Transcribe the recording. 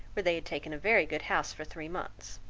where they had taken a very good house for three months.